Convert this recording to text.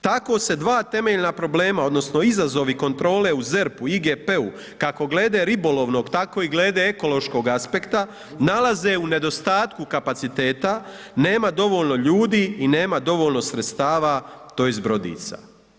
Tako se dva temeljna problema odnosno izazovi kontrole u ZERP-u IGP-u kako glede ribolovnog tako i glede ekološkog aspekta nalaze u nedostatku kapaciteta, nema dovoljno ljudi i nema dovoljno sredstava tj. brodica.